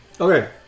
Okay